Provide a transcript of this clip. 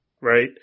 right